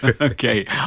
Okay